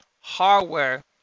hardware